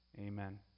amen